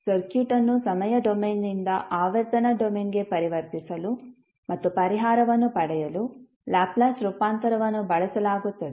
ಈಗ ಸರ್ಕ್ಯೂಟ್ಅನ್ನು ಸಮಯ ಡೊಮೇನ್ನಿಂದ ಆವರ್ತನ ಡೊಮೇನ್ಗೆ ಪರಿವರ್ತಿಸಲು ಮತ್ತು ಪರಿಹಾರವನ್ನು ಪಡೆಯಲು ಲ್ಯಾಪ್ಲೇಸ್ ರೂಪಾಂತರವನ್ನು ಬಳಸಲಾಗುತ್ತದೆ